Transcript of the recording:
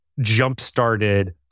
jump-started